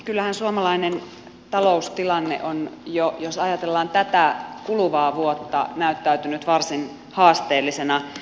kyllähän suomalainen taloustilanne on jo jos ajatellaan tätä kuluvaa vuotta näyttäytynyt varsin haasteellisena